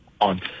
On